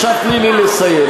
עכשיו תני לי לסיים.